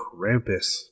Krampus